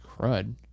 crud